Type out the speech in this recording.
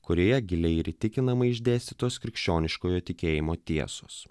kurioje giliai ir įtikinamai išdėstytos krikščioniškojo tikėjimo tiesos